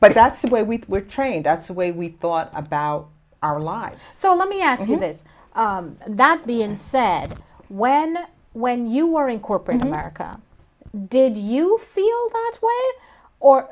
but that's the way we were trained that's the way we thought about our lives so let me ask you this that's being said when when you were in corporate america did you feel